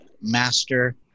master